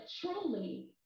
truly